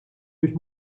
biex